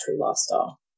lifestyle